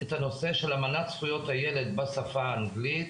את הנושא של אמנת זכויות הילד בשפה האנגלית.